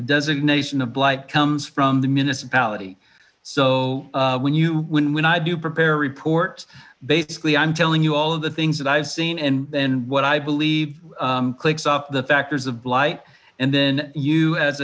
designation of blight comes from the municipality so when you when when i do prepare a report basically i'm telling you all of the things that i've seen and then what i believe clicks off the factors blight and then you a